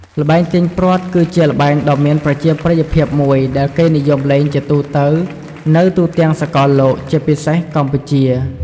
ល្បែងទាញព្រ័ត្រ គឺជាល្បែងដ៏មានប្រជាប្រិយភាពមួយ ដែលគេនិយមលេងជាទូទៅនៅទូទាំងសកលលោក ជាពិសេសកម្ពុជា។